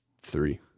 three